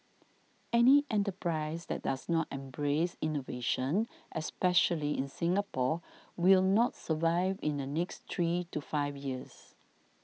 any enterprise that does not embrace innovation especially in Singapore will not survive in the next three to five years